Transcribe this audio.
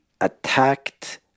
attacked